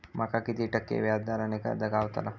माका किती टक्के व्याज दरान कर्ज गावतला?